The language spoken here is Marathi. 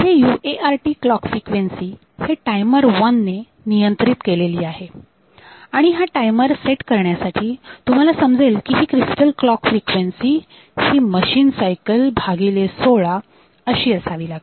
UART क्लॉक फ्रिक्वेन्सी ही टायमर 1 ने नियंत्रित केलेली आहे आणि हा टायमर सेट करण्यासाठी तुम्हाला समजेल की ही क्रिस्टल क्लॉक फ्रिक्वेन्सी ही मशीन सायकल भागिले सोळा अशी असावी लागेल